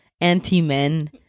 anti-men